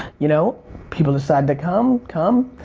you know people decide to come, come.